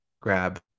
grab